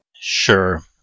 Sure